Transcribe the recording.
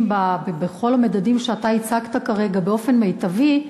בכל המדדים שאתה הצגת כרגע באופן מיטבי,